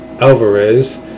alvarez